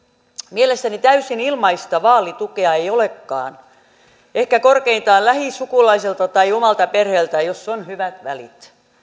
mielestäni täysin ilmaista vaalitukea ei olekaan ehkä korkeintaan lähisukulaiselta tai omalta perheeltä jos on hyvät välit